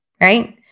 right